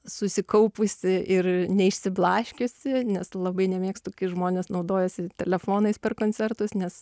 susikaupusi ir neišsiblaškiusi nes labai nemėgstu kai žmonės naudojasi telefonais per koncertus nes